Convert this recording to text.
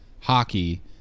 hockey